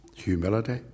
Humility